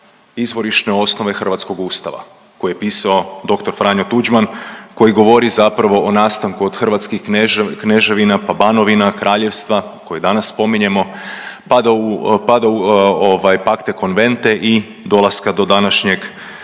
izvorišne osnove hrvatskog Ustava koje je pisao dr. Franjo Tuđman, koji govori zapravo o nastanku od hrvatskih kneževina pa banovina, kraljevstva koje danas spominjemo pa do u, pa do u ovaj Pakte Konvente i dolaska do današnjeg,